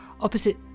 opposite